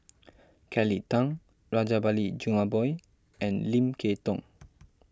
Kelly Tang Rajabali Jumabhoy and Lim Kay Tong